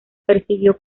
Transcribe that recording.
persiguió